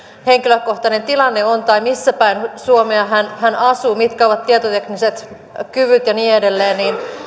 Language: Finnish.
henkilökohtainen tilanne on tai missäpäin suomea hän hän asuu tai mitkä ovat tietotekniset kyvyt ja niin edelleen